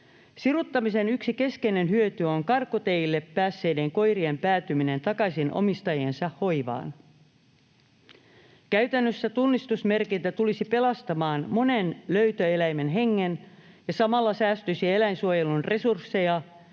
Siruttamisen yksi keskeinen hyöty on karkuteille päässeiden koirien päätyminen takaisin omistajiensa hoivaan. Käytännössä tunnistusmerkintä tulisi pelastamaan monen löytöeläimen hengen, ja samalla säästyisi eläinsuojelun resursseja,